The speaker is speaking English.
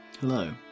Hello